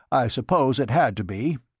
i suppose it had to be.